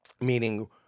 meaning